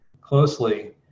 closely